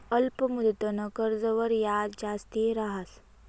अल्प मुदतनं कर्जवर याज जास्ती रहास